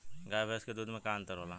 गाय भैंस के दूध में का अन्तर होला?